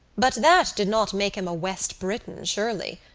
but that did not make him a west briton surely.